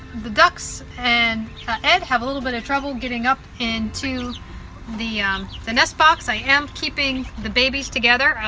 the ducks and ed have a little bit of trouble getting up into the the nest box. i am keeping the babies together,